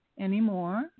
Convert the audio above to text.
anymore